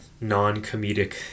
non-comedic